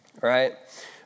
right